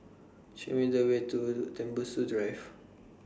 Show Me The Way to Tembusu Drive